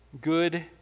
good